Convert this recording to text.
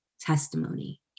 Testimony